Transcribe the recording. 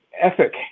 ethic